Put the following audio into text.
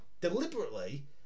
Deliberately